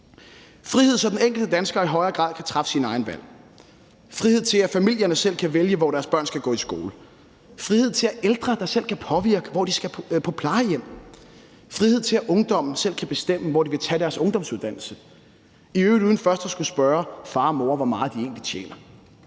frihed, så den enkelte dansker i højere grad kan træffe sine egne valg, frihed til, at familierne selv kan vælge, hvor deres børn skal gå i skole, frihed til, at ældre selv kan påvirke, hvor de skal på plejehjem, frihed til, at ungdommen selv kan bestemme, hvor de vil tage deres ungdomsuddannelse, i øvrigt uden først at skulle spørge far og mor, hvor meget de egentlig tjener.